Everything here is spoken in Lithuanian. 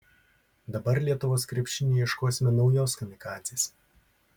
dabar lietuvos krepšiniui ieškosime naujos kamikadzės